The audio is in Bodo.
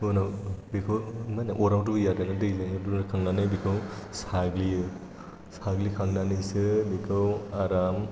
उनाव बेखौ मा होनो अराव रुयो आरोना दैजों रुखांनानै बेखौ साग्लियो साग्लिखांनानैसो बेखौ आराम